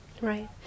Right